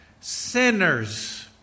sinners